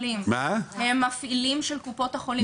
הם מפעילים של קופות החולים.